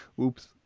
Oops